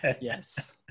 Yes